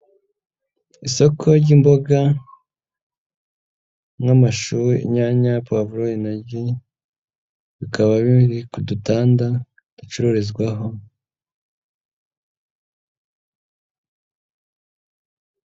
Isoko ry'imboga nk'amashu, inyanya, povuro, intoryi bikaba biri ku dutanda bicururizwaho.